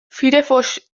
firefox